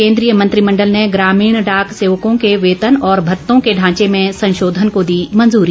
केन्द्रीय मंत्रिमंडल ने ग्रामीण डाक सेवकों के वेतन और भत्तों के ढांचे में संशोधन को दी मंजूरी